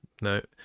no